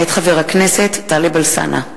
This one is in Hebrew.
הצעתו של חבר הכנסת טלב אלסאנע.